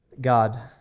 God